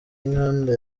inkanda